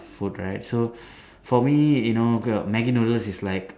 food right so for me you know okay Maggi noodles is like